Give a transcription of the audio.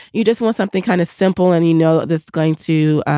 you just want something kind of simple. and, you know, that's going to,